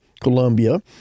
Colombia